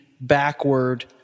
backward